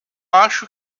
acho